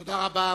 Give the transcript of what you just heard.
תודה רבה.